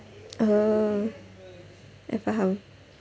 oh I faham